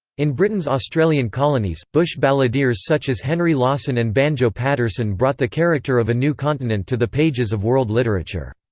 in britain's australian colonies, bush balladeers such as henry lawson and banjo paterson brought the character of a new continent to the pages of world literature.